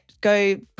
go